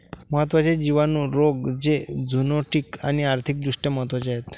महत्त्वाचे जिवाणू रोग जे झुनोटिक आणि आर्थिक दृष्ट्या महत्वाचे आहेत